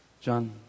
John